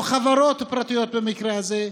או חברות פרטיות במקרה הזה,